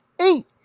eight